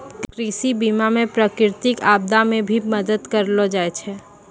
कृषि बीमा मे प्रकृतिक आपदा मे भी मदद करलो जाय छै